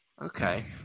Okay